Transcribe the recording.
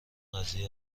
قضیه